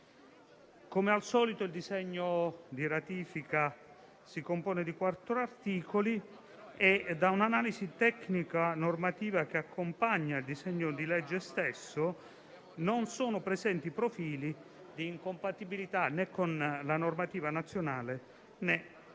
Come al solito, il disegno di legge di ratifica si compone di quattro articoli e da un'analisi tecnico-normativa che accompagna il disegno di legge stesso non sono presenti profili di incompatibilità né con la normativa nazionale, né con la